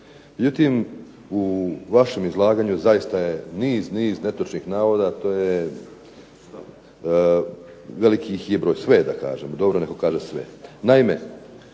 Međutim, u vašem izlaganju zaista je niz, niz netočnih navoda. To je, velik ih je broj, sve da kažem,